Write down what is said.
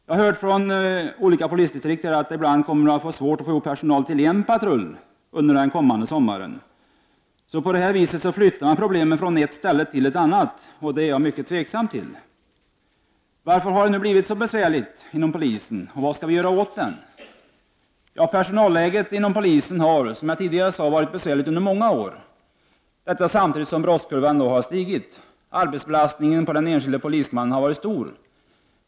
Jag har hört ifrån olika polisdistrikt att de ibland kommer att få svårt att få ihop personal till en enda patrull under den kommande sommaren. På detta vis flyttar man problemen från ett ställe till ett annat, vilket jag anser vara mycket tveksamt. Personalläget inom polisen har, som jag tidigare sade, varit besvärligt under många år, samtidigt som brottskurvan stigit. Arbetsbelastningen på den enskilde polismannen har varit stor.